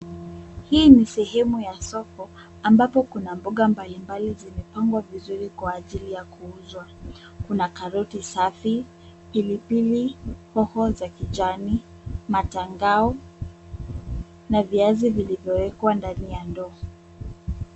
Hii ni sehemu ya soko ambapo kuna mboga mbalimbali zimepangwa vizuri kwa ajili ya kuuzwa. Kuna karoti safi, pilipili hoho za kijani, matango na viazi vilivyowekwa ndani ya ndoo.